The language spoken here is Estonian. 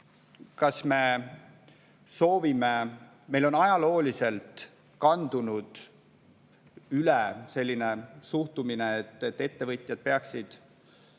selles, et meil on ajalooliselt kandunud üle selline suhtumine, et ettevõtjad peaksid